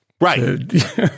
Right